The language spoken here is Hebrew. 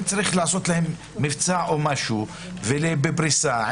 אם צריך לעשות להם מבצע או פריסת חוב,